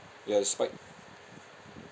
ya the spike